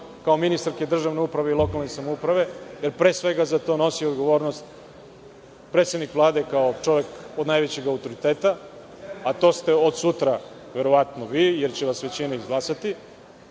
kao ministarke državne uprave i lokalne samouprave, jer pre svega, za to nosi odgovornost predsednik Vlade kao čovek od najvećeg autoriteta, a to ste od sutra, verovatno, vi, jer će vas većina izglasati,